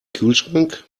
kühlschrank